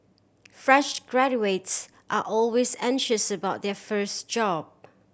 fresh graduates are always anxious about their first job